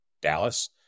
Dallas